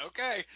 Okay